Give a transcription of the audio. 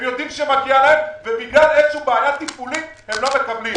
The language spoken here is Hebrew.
הם יודעים שמגיע להם ובגלל איזו בעיה טיפולית הם לא מקבלים.